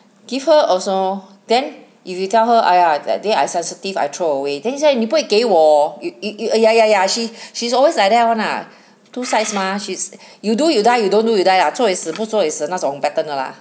give her also then if you tell her !aiya! that day I sensitive I throw away then she say 你不会给我 it you ah ya ya ya she she's always like that one ah two sides mah she's you do you die you don't do you die lah 做也死不做也死那种 pattern 的啦